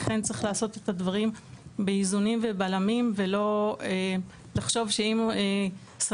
לכן צריכים לעשות את הדברים באיזונים ובלמים ולא לחשוב שאם שמים